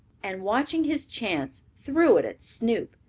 and watching his chance threw it at snoop.